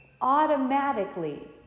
automatically